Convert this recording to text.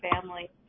family